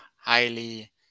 highly